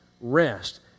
rest